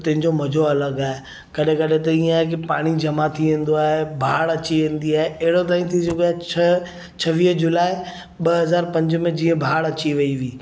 त तंहिंजो मज़ो अलॻि आहे कॾहिं कॾहिं त इएं आहे की पाणी जमा थी वेंदो आहे बाढ़ अची वेंदी आहे अहिड़ो ताईं थी चुको आहे छह छवीह जुलाई ॿ हज़ार पंज में जीअं बाढ़ अची वई हुई